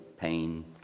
pain